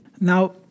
Now